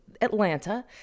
Atlanta